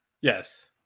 Yes